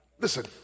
Listen